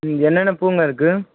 என்னென்ன பூங்க இருக்கு